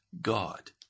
God